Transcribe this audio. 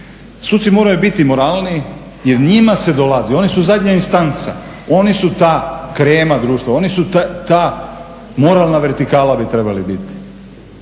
Suci moraju biti moralniji jer njima se dolazi, oni su zadnja instanca, oni su ta krema društva, oni su ta moralna vertikala bi trebali biti.